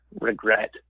regret